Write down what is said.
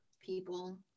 people